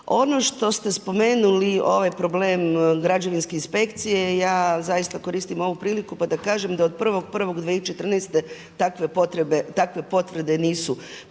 Ono što ste spomenuli ovaj problem građevinske inspekcije ja zaista koristim ovu priliku pa da kažem da od 1.1.2014. takva potrebe, takve